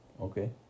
Okay